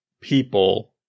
people